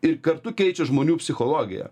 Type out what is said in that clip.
ir kartu keičia žmonių psichologiją